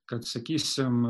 kad sakysim